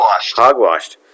Hogwashed